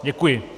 Děkuji.